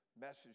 message